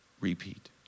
repeat